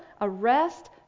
arrest